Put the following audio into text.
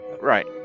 right